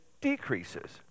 decreases